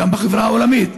גם בחברה העולמית,